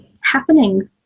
happening